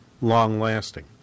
long-lasting